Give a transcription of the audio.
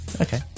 Okay